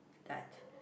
that